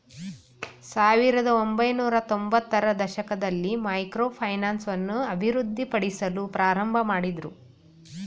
ಸಾವಿರದ ಒಂಬೈನೂರತ್ತೊಂಭತ್ತ ರ ದಶಕದಲ್ಲಿ ಮೈಕ್ರೋ ಫೈನಾನ್ಸ್ ಅನ್ನು ಅಭಿವೃದ್ಧಿಪಡಿಸಲು ಪ್ರಾರಂಭಮಾಡಿದ್ರು